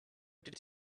did